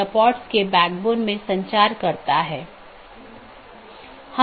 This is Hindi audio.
विशेषता का संयोजन सर्वोत्तम पथ का चयन करने के लिए उपयोग किया जाता है